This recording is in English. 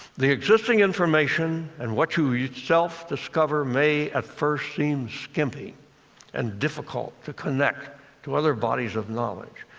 the existing information and what you you self-discover may at first seem skimpy and difficult to connect to other bodies of knowledge.